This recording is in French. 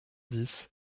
dix